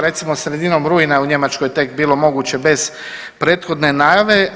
Recimo sredinom rujna je u Njemačkoj tek bilo moguće bez prethodne najave.